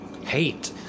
hate